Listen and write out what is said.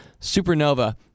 Supernova